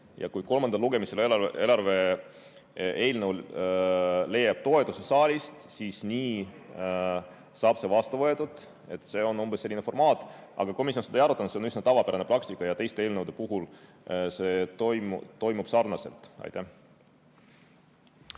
Ja kui kolmandal lugemisel eelarve eelnõu leiab toetuse saalis, siis nii saab see vastu võetud. See on umbes selline formaat. Aga komisjon seda ei arutanud. See on üsna tavapärane praktika ja teiste eelnõude puhul toimub see sarnaselt. Aitäh!